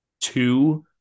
two